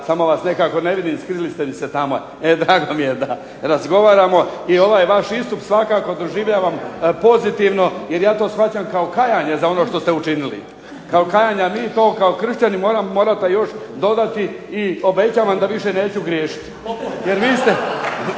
samo vas nekako ne vidim skrili ste mi se tamo. Drago mi je da razgovaramo i ovaj vaš istup također pozdravljam pozitivno jer ja to shvaćam kao kajanje za ono što ste učinili, kao kajanje, a mi kao kršćani morate još dodati i obećavam da više neću griješiti.